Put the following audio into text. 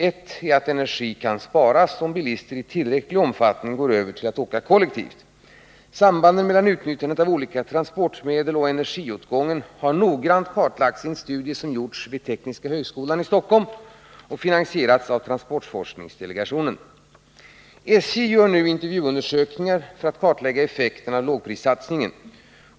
Ett är att energi kan sparas om bilister i tillräcklig omfattning går över till att åka kollektivt. Sambanden mellan utnyttjandet av olika transportmedel och energiåtgången har noggrant kartlagts i en studie som gjorts vid Tekniska högskolan i Stockholm och finansierats av transportforskningsdelegationen. ” satsningen.